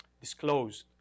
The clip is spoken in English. disclosed